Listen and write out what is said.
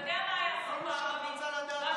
תודה רבה.